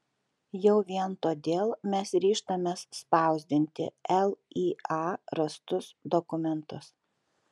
jau vien todėl mes ryžtamės spausdinti lya rastus dokumentus